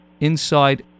inside